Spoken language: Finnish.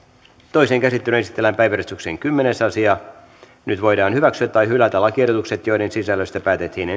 toiseen käsittelyyn esitellään päiväjärjestyksen kymmenes asia nyt voidaan hyväksyä tai hylätä lakiehdotukset joiden sisällöstä päätettiin